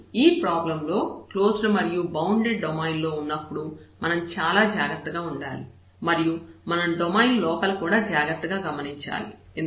కానీ ఈ ప్రాబ్లం లో క్లోజ్డ్ మరియు బౌండెడ్ డొమైన్ ఉన్నప్పుడు మనం చాలా జాగ్రత్తగా ఉండాలి మరియు మనం డొమైన్ లోపల కూడా జాగ్రత్తగా గమనించాలి